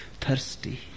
thirsty